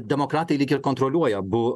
demokratai lyg ir kontroliuoja abu